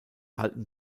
halten